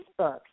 Facebook